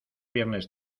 viernes